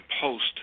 post